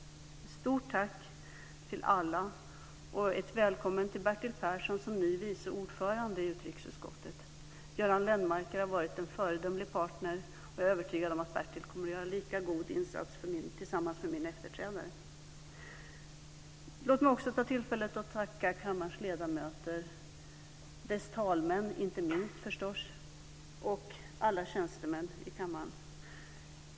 Stort tack till alla, och ett välkommen till Bertil Persson som ny vice ordförande i utrikesutskottet! Göran Lennmarker har varit en föredömlig partner, och jag är övertygad om att Bertil kommer att göra en lika god insats tillsammans med min efterträdare. Låt mig också ta tillfället att tacka kammarens ledamöter och förstås inte minst dess talmän och alla tjänstemän i kammaren.